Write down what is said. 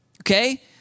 Okay